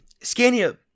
Scania